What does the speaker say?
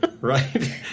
Right